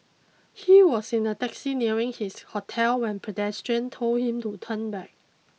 he was in a taxi nearing his hotel when pedestrians told him to turn back